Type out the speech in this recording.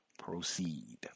proceed